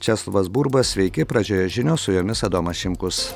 česlovas burba sveiki pradžioje žinios su jumis adomas šimkus